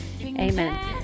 amen